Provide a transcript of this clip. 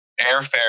airfare